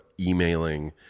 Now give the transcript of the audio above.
emailing